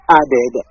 added